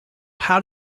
how